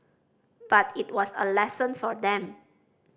but it was a lesson for them